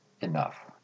enough